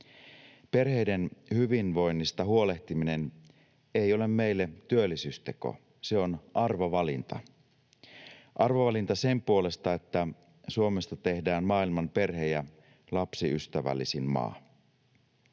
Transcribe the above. Perheiden hyvinvoinnista huolehtiminen ei ole meille työllisyysteko, se on arvovalinta. Arvovalinta sen puolesta, että Suomesta tehdään maailman perhe- ja lapsiystävällisin maa.